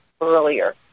earlier